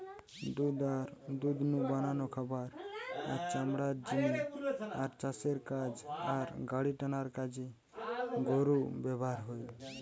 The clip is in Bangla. দুধ আর দুধ নু বানানো খাবার, আর চামড়ার জিনে আর চাষের কাজ আর গাড়িটানার কাজে গরু ব্যাভার হয়